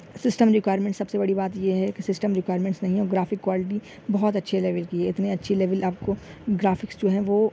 system requirements سب سے بڑی بات یہ ہے کہ سسٹم ریکوائرمینٹس نہیں ہے اور گرافک کوالٹی بہت اچھے لیول کی ہے اتنے اچھے لیول آپ کو گرافکس جو ہے وہ